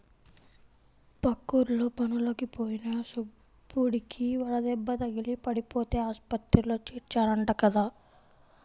పక్కూర్లో పనులకి పోయిన సుబ్బడికి వడదెబ్బ తగిలి పడిపోతే ఆస్పత్రిలో చేర్చారంట కదా